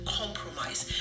compromise